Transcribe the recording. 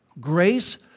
Grace